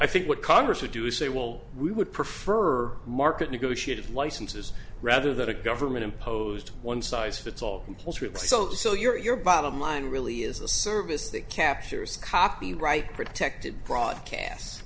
i think what congress would do is say well we would prefer market negotiated licenses rather that a government imposed one size fits all employers group so so your bottom line really is a service that captures copyright protected broadcast